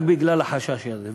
רק בגלל החשש הזה,